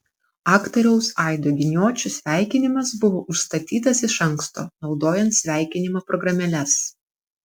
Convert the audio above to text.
aktoriaus aido giniočio sveikinimas buvo užstatytas iš anksto naudojant sveikinimo programėles